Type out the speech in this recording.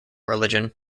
religion